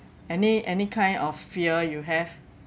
any any kind of fear you have